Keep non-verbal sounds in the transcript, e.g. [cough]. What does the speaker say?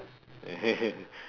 [laughs]